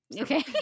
Okay